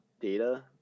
data